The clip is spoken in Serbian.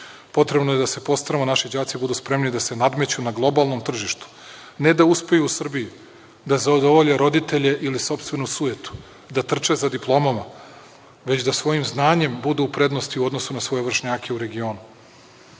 tržištem. Potrebno je da se postaramo da naši đaci budu spremni da se nadmeću na globalnom tržištu, ne da uspeju u Srbiji, da zadovolje roditelje ili sopstvenu sujetu, da trče za diplomama, već da svojim znanjem budu u prednosti u odnosu na svoje vršnjake u